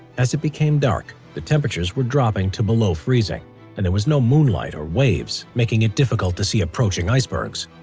as it became dark the temperatures were dropping to below freezing and there was no moonlight, or waves making it difficult to see approaching icebergs.